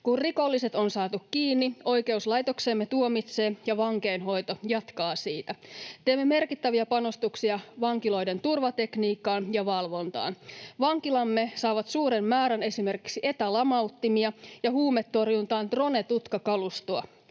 Kun rikolliset on saatu kiinni, oikeuslaitoksemme tuomitsee ja vankeinhoito jatkaa siitä. Teemme merkittäviä panostuksia vankiloiden turvatekniikkaan ja -valvontaan. Vankilamme saavat suuren määrän esimerkiksi etälamauttimia ja huumetorjuntaan drone-tutkakalustoa.